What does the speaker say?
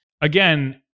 again